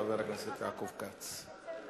חבר הכנסת יעקב כץ.